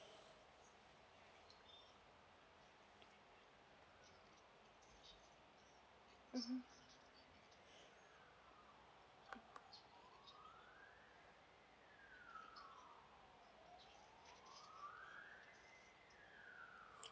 mmhmm